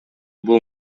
бул